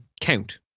count